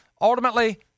ultimately